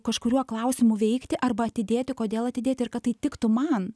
kažkuriuo klausimu veikti arba atidėti kodėl atidėti ir kad tai tiktų man